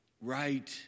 right